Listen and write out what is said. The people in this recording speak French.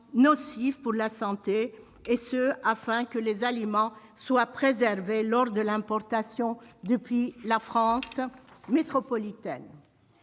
nocifs pour la santé y sont ajoutés, afin qu'elles soient préservées lors de l'importation depuis la France métropolitaine.